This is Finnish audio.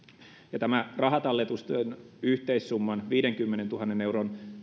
tämä rahatalletusten yhteissumman viidenkymmenentuhannen euron